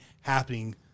happening